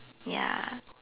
ya